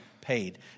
paid